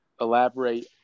elaborate